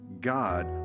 God